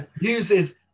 uses